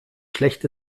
schlecht